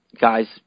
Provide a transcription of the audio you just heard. guys